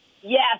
Yes